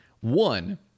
One